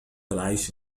العيش